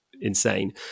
insane